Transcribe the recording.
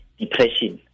depression